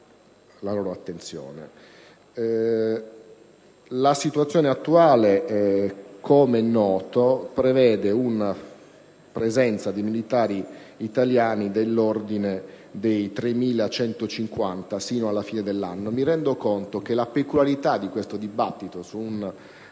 La situazione attuale, come è noto, prevede una presenza di militari italiani nell'ordine di 3.150 unità sino alla fine dell'anno. Mi rendo conto che la peculiarità di questo dibattito, su un